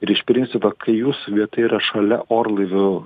ir iš principo kai jūsų vieta yra šalia orlaivių